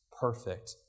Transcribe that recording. perfect